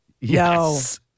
Yes